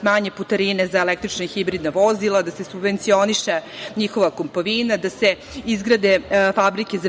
smanje putarine za električna i hibridna vozila, da se subvencioniše njihova kupovina, da se izgrade fabrike za